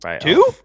Two